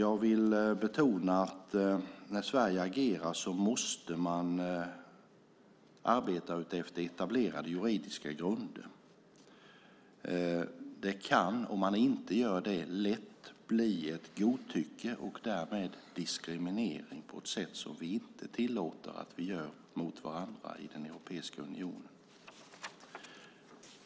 Jag vill betona att när Sverige agerar måste man arbeta efter etablerade juridiska grunder. Om man inte gör det kan det lätt bli ett godtycke och därmed diskriminering på ett sätt som vi inte tillåter mot varandra i Europeiska unionen.